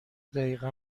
دقیقه